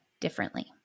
differently